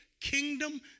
kingdom